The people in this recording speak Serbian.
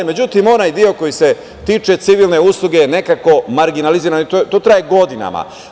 Međutim, onaj deo koji se tiče civilne usluge nekako je marginalizovan i to traje godinama.